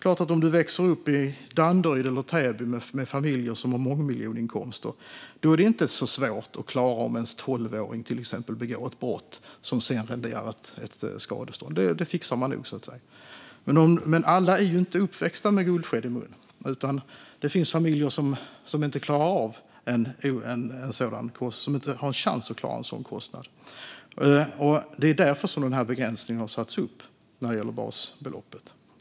Om man växer upp i Danderyd eller Täby med familjer som har mångmiljoninkomster är det inte så svårt att klara av att betala om till exempel ens tolvåring begår ett brott som renderar ett skadestånd. Det fixar man nog. Men alla är inte uppväxta med guldsked i munnen. Det finns familjer som inte har en chans att klara av en sådan kostnad. Därför har en begränsning till en del av basbeloppet fastställts.